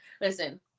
Listen